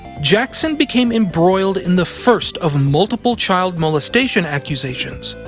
jackson became embroiled in the first of multiple child molestation accusations.